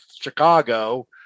Chicago